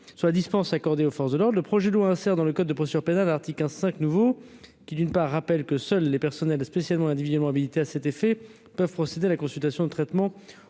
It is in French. soit dispense accordée aux forces de l'ordre, le projet de loi insère dans le code de procédure pénale Arctique, hein, 5 nouveaux qui dit ne pas rappelle que seuls les personnels spécialement, individuellement habilités à cet effet peuvent procéder à la consultation de traitement